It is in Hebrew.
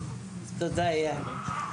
תודה אייל.